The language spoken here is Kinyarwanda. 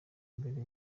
imbere